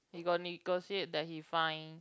you got negotiate that he find